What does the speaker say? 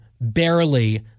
barely